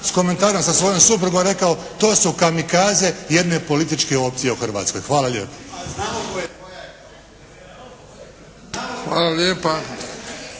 razumije./… sa svojom suprugom rekao, to su kamikaze jedne političke opcije u Hrvatskoj. Hvala lijepo. …/Upadica: